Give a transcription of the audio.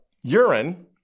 urine